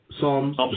Psalms